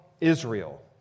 Israel